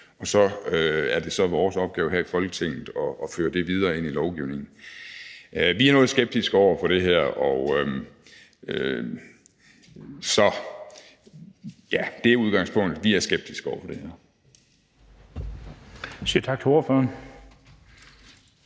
og så er det så vores opgave her i Folketinget at føre det videre ind i lovgivningen. Vi er noget skeptiske over for det her. Så udgangspunktet er, at vi er skeptiske over for det her.